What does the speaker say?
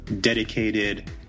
dedicated